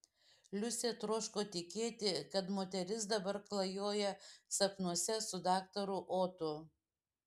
liusė troško tikėti kad moteris dabar klajoja sapnuose su daktaru otu